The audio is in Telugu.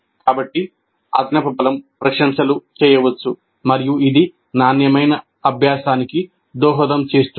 కాబట్టి అదనపు బలం ప్రశంసలు చేయవచ్చు మరియు అది నాణ్యమైన అభ్యాసానికి దోహదం చేస్తుంది